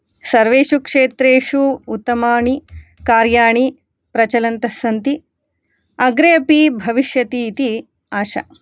सर्वेषु क्षेत्रेषु उत्तमानि कार्याणि प्रचलन्तस्सन्ति अग्रे अपि भविष्यति इति आशा